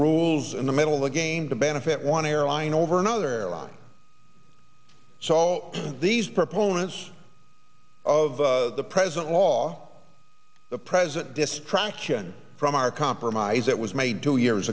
rules in the middle of the game to benefit one airline over another airline so these proponents of the present law the present distraction from our compromise that was made two years